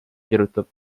kirjutab